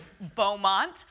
Beaumont